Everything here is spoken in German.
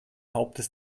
hauptes